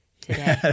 today